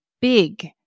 big